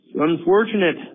unfortunate